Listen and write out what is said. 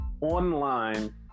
online